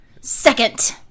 second